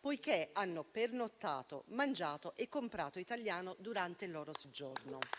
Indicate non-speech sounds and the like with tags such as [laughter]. poiché hanno pernottato, mangiato e comprato italiano durante il loro soggiorno. [applause]